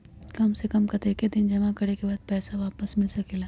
काम से कम कतेक दिन जमा करें के बाद पैसा वापस मिल सकेला?